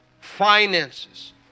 finances